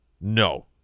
No